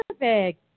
Perfect